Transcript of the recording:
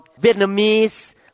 Vietnamese